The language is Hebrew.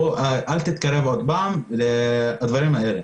אל תתקרב עוד פעם לדברים האלה.